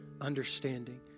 understanding